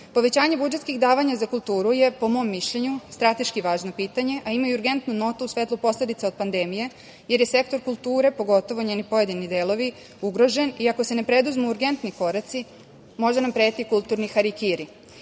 regiona. Povećanje budžetskih davanja za kulturu je, po mom mišljenju, strateški važno pitanje, a ima i urgentnu notu u svetlu posledica od pandemije, jer je sektor kulture, pogotovo njeni pojedini delovi, ugrožen i ako se ne preduzmu urgentni koraci, može nam pretiti kulturni harikiri. Ne